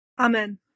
Amen